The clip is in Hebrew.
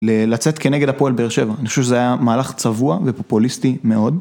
לצאת כנגד הפועל בר שבע, אני חושב שזה היה מהלך צבוע ופופוליסטי מאוד.